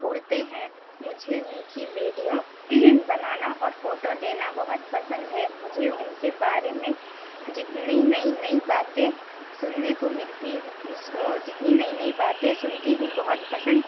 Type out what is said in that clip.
اڑتے ہیں مجھے ان کی ویڈیو بنانا اور فوٹو لینا بہت پسند ہے مجھے ان کے بارے میں جتنی نئی نئی باتیں سننے کو ملتی ہے جتنی نئی نئی باتیں سنتی ہوں بہت پسند